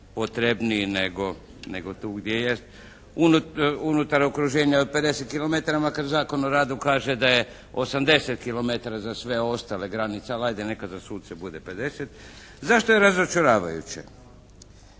potrebniji nego tu gdje jest unutar okruženja od 50 kilometara, makar Zakon o radu kaže da je 80 kilometara za sve ostale granice, ali ajde neka za suce bude 50. Zašto je razočaravajuće?